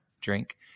drink